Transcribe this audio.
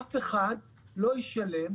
אף אחד לא ישלם,